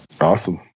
Awesome